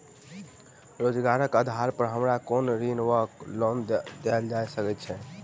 रोजगारक आधार पर हमरा कोनो ऋण वा लोन देल जा सकैत अछि?